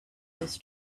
this